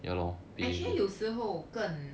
actually 有时候更